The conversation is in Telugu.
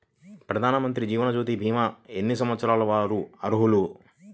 ప్రధానమంత్రి జీవనజ్యోతి భీమా ఎన్ని సంవత్సరాల వారు అర్హులు?